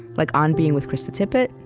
like on being with krista tippett,